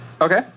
Okay